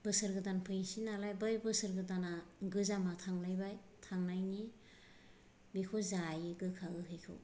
बोसोर गोदान फैनोसै नालाय बै बोसोर गोदाना बोसोर गोजामा थांलायबाय थांनायनि बेखौ जायो गोखा गोखैखौ